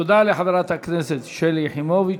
תודה לחברת הכנסת שלי יחימוביץ.